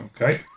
Okay